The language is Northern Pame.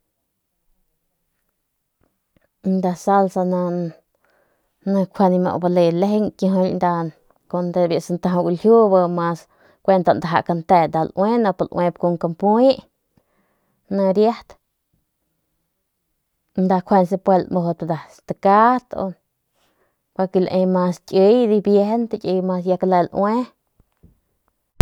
Lmang es ljiu dantju ni nda nip laneng nda nda naung ni nda nip lauinp nua ru ljiu nkijily ndu nda lauinp nua bijiy kiy nda laju lanaung nda salsa ni kjuande bale lejeng kun lju kuent ndaja kante nda laue nip lauip kun kampuy ni riat y se puede lamujudp stakat pa ke lae mas kiy dibiejent bi ya mas kle laui.